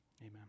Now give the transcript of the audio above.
Amen